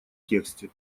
тексте